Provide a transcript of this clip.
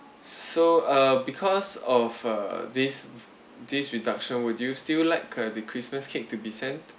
so uh because of uh this this reduction would you still like uh the christmas cake to be sent